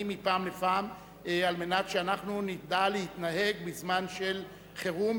מפעם לפעם על מנת שאנחנו נדע להתנהג בזמן של חירום,